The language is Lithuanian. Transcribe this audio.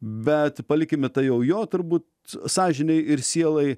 bet palikime tą jau jo turbūt sąžinei ir sielai